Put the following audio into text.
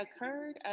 occurred